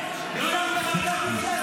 אפשר גם לגנות.